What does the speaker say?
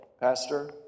pastor